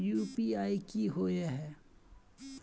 UPI की होय है?